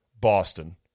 Boston